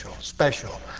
special